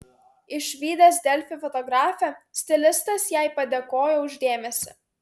išvydęs delfi fotografę stilistas jai padėkojo už dėmesį